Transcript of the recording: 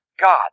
God